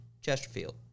Chesterfield